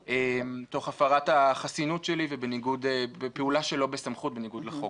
תוך הפרת החסינות שלי ובפעולה שלא בסמכות בניגוד לחוק.